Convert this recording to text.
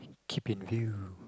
keep in view